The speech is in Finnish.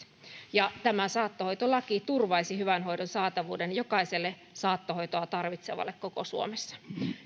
ja tämä saattohoitolaki turvaisi hyvän hoidon saatavuuden jokaiselle saattohoitoa tarvitsevalle koko suomessa